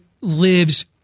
lives